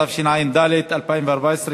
התשע"ד 2014,